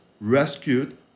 rescued